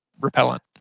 repellent